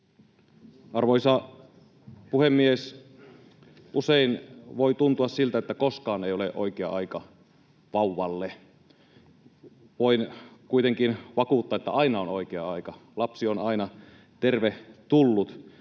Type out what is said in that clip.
Arvoisa puhemies! Usein voi tuntua siltä, että koskaan ei ole oikea aika vauvalle. Voin kuitenkin vakuuttaa, että aina on oikea aika. Lapsi on aina tervetullut.